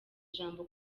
ijambo